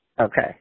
Okay